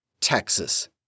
Texas